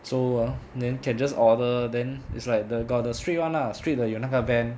so then can just order then it's like the got the street [one] lah street 的有那个 van